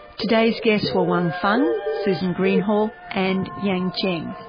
today's guests were wang feng, susan greenhalgh, and yang chen.